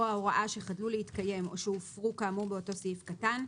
ההוראה שחדלו להתקיים או שהופרו כאמור באותו סעיף קטן,